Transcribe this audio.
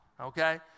okay